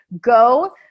go